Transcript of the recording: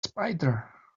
spider